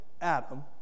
Adam